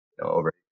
over